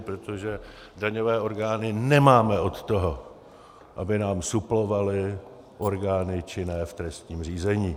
Protože daňové orgány nemáme od toho, aby nám suplovaly orgány činné v trestním řízení.